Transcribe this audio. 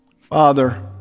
Father